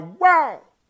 wow